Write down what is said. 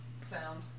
sound